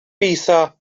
pisa